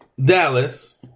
Dallas